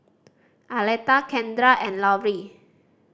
Aleta Kendra and Lauri